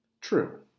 True